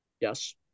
Yes